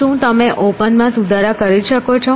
શું તમે ઓપન માં સુધારા કરી શકો છો